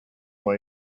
way